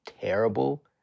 terrible